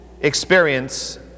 experience